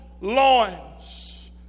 loins